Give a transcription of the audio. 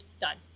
done